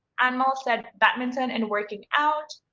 amal said badminton and working out.